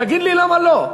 תגיד לי למה לא.